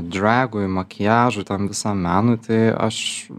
dragui makiažui tam visam menui tai aš